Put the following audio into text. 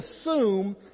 assume